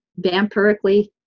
vampirically